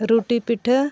ᱨᱩᱴᱤ ᱯᱤᱴᱷᱟᱹ